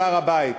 על הר-הבית,